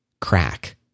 crack